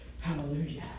Hallelujah